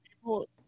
People